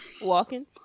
Walking